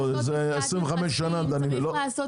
25 שנה דנים.